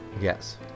Yes